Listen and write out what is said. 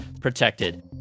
protected